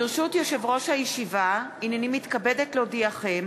ברשות יושב-ראש הישיבה, הנני מתכבדת להודיעכם,